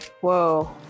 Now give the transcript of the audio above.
whoa